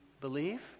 believe